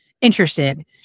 interested